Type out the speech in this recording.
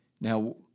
Now